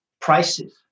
prices